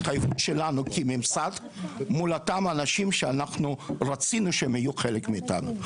התחייבות שלנו כממסד מול אותם אנשים שאנחנו רצינו שהם יהיו חלק מאיתנו.